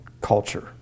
culture